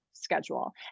schedule